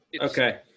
Okay